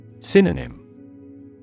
Synonym